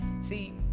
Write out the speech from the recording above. see